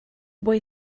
boy